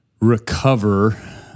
recover